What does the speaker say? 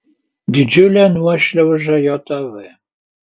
didžiulė nuošliauža jav